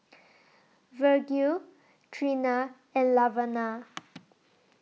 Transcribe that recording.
Virgil Treena and Laverna